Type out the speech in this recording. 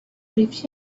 drift